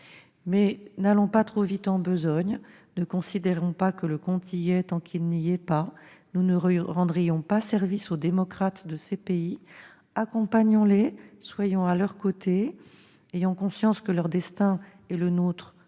Mais n'allons pas trop vite en besogne, ne considérons pas que le compte y est tant qu'il n'y est pas. Nous ne rendrions pas service aux démocrates de ces pays. Accompagnons-les, soyons à leurs côtés, ayons conscience que leur destin et le nôtre